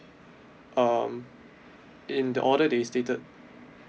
um in the order they stated